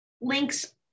links